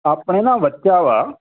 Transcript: ਆਪਣੇ ਨਾ ਬੱਚਾ ਵਾ